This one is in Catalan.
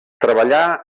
treballà